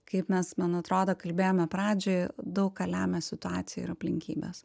kaip mes man atrodo kalbėjome pradžioj daug ką lemia situacija ir aplinkybės